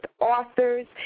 authors